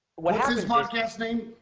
what is his podcast name?